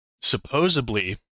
Supposedly